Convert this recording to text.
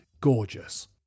gorgeous